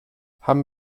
haben